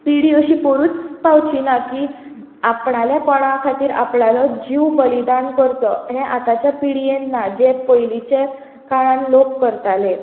पिढी अशी करूच पावचीना की आपणाल्या कोणा खातीर आपल्यालो जीव बलीदान करचो हे आताच्या पिडयेन ना जे पयलीचे काळान लोक करताले